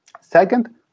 Second